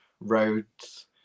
roads